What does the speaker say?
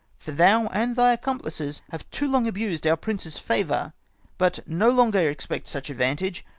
for thou and thy accom lices have too long abused our prince's favour but no longer expect such advantage,